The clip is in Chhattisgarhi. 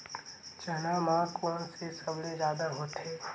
चना म कोन से सबले जादा होथे?